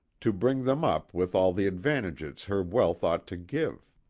to bring them up with all the advantages her wealth ought to give.